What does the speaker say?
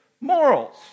morals